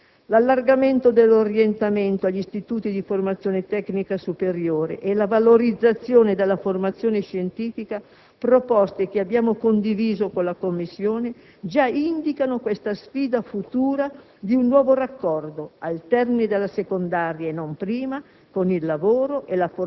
La complessità introdotta nella nostra Costituzione dall'articolo 117 non ci ha consentito di affrontare esaurientemente la questione, ma spero che, in sede di Conferenza unificata prima e di iniziativa parlamentare poi, il Governo sappia affrontare anche questa grande sfida.